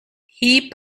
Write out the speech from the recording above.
heap